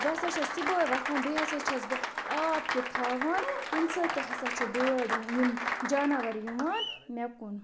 بہٕ ہَسا چھَس صُبحٲے وۄتھان بیٚیہِ ہَسا چھَس بہٕ آب تہِ تھاوان تَمہِ سۭتۍ تہِ ہَسا چھِ بٲڈ یِم جاناوَر یِوان مےٚ کُن